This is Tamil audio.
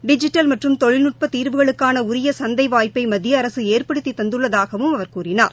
டிஜிட்டல் மற்றும் தொழில்நுட்பதீர்வுகளுக்கானஉரியசந்தைவாய்ப்டைமத்தியஅரகஏற்படுத்திதந்துள்ளதாகவும் அவர் கூறினார்